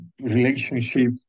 relationship